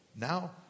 Now